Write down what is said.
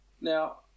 now